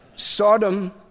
Sodom